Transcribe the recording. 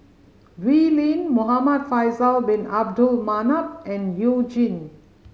Wee Lin Muhamad Faisal Bin Abdul Manap and You Jin